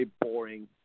boring